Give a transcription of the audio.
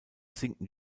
sinken